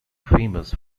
famous